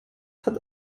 hat